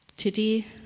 Today